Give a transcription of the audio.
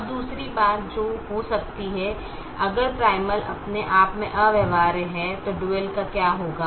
अब दूसरी बात जो हो सकती है अगर प्राइमल अपने आप मे अव्यवहार्य है तो डुअल का क्या होगा